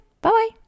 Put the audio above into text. Bye-bye